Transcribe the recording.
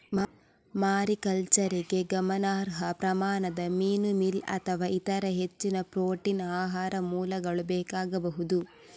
ಮಾರಿಕಲ್ಚರಿಗೆ ಗಮನಾರ್ಹ ಪ್ರಮಾಣದ ಮೀನು ಮೀಲ್ ಅಥವಾ ಇತರ ಹೆಚ್ಚಿನ ಪ್ರೋಟೀನ್ ಆಹಾರ ಮೂಲಗಳು ಬೇಕಾಗಬಹುದು